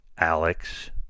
Alex